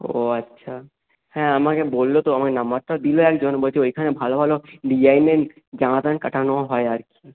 ও আচ্ছা হ্যাঁ আমাকে বলল তো আমাকে নাম্বারটা দিল একজন বলছে ওইখানে ভালো ভালো ডিজাইনের জামা প্যান্ট কাটানো হয় আর কি